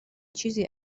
چیزی